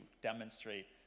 demonstrate